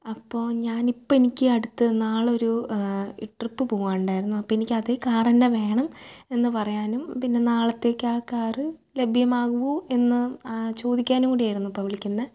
അപ്പോൾ ഞാനിപ്പം എനിക്ക് അടുത്ത് നാളെ ഒരു ട്രിപ്പ് പോകാനുണ്ടായിരുന്നു അപ്പം എനിക്ക് അതേ കാർ തന്നെ വേണം എന്ന് പറയാനും പിന്നെ നാളത്തേക്ക് ആ കാർ ലഭ്യമാകുമോ എന്ന് ചോദിക്കാനും കൂടിയായിരുന്നു ഇപ്പം വിളിക്കുന്നത്